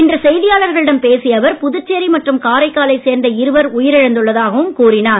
இன்று செய்தியாளர்களிடம் பேசிய அவர் புதுச்சேரி மற்றும் காரைக்காலைச் சேர்ந்த இருவர் உயிரிழந்துள்ளதாகவும் கூறினார்